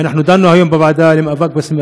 ואנחנו דנו היום בוועדה למאבק בסמים,